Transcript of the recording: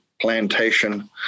plantation